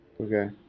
Okay